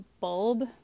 bulb